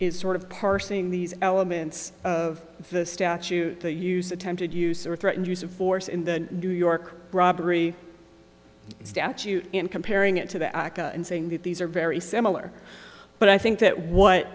is sort of parsing these elements of the statute they use attempted use or threatened use of force in the new york robbery statute and comparing it to the aca and saying that these are very similar but i think that